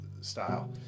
style